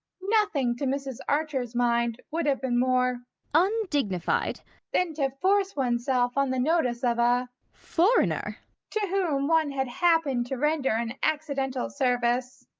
nothing, to mrs. archer's mind, would have been more undignified than to force one's self on the notice of a foreigner to whom one had happened to render an accidental service.